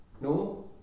No